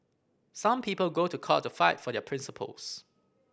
some people go to court to fight for their principles